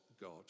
God